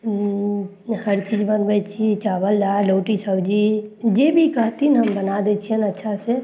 हर चीज बनबय छी चावल दाल रोटी सब्जी जे भी कहथिन हम बना दै छियनि अच्छासँ